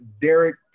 Derek